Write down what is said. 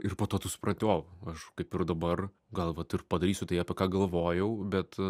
ir po to tu supranti vau aš kaip ir dabar gal vat ir padarysiu tai apie ką galvojau bet